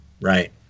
right